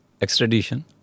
extradition